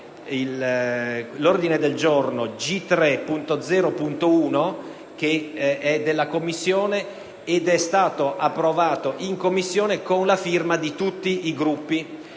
L'ordine del giorno G3.0.101 della Commissione è stato approvato in Commissione e sottoscritto da tutti i Gruppi